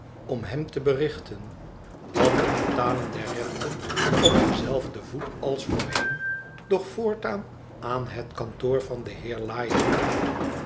om hem te berichten dat het betalen der renten op denzelfden voet als voorheen doch voortaan aan het kantoor van den heer